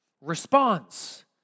response